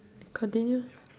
continue